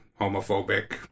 homophobic